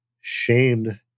shamed